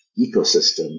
ecosystem